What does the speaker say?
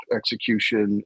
execution